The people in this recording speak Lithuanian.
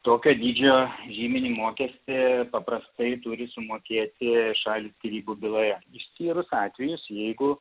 tokio dydžio žyminį mokestį paprastai turi sumokėti šalys skyrybų byloje išskyrus atvejus jeigu